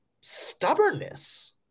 stubbornness